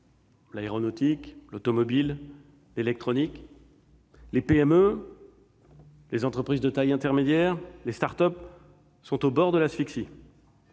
L'aéronautique, l'automobile, l'électronique, les PME, les entreprises de taille intermédiaire, les start-up sont au bord de l'asphyxie.